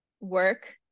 work